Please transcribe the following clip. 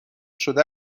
شده